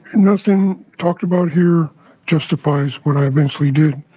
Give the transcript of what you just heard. nothing talked about here justifies what i eventually did.